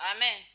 Amen